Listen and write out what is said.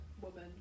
woman